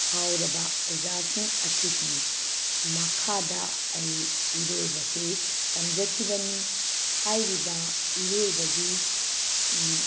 ꯐꯥꯎꯔꯕ ꯑꯣꯖꯥꯁꯤꯡ ꯑꯁꯤꯒꯤ ꯃꯈꯥꯗ ꯑꯩ ꯏꯔꯣꯏꯕꯁꯤ ꯇꯝꯖꯈꯤꯕꯅꯤ ꯍꯥꯏꯔꯤꯕ ꯏꯔꯣꯏꯕꯒꯤ